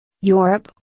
Europe